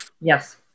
Yes